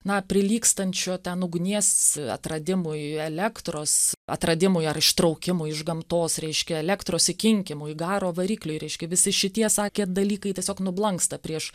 na prilygstančio ten ugnies atradimui elektros atradimui ar ištraukimui iš gamtos reiškia elektros įkinkimui į garo variklį reiškia visi šitie sakė dalykai tiesiog nublanksta prieš